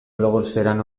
blogosferan